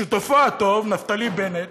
ושותפו הטוב, נפתלי בנט,